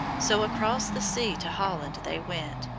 so across the sea to holland they went,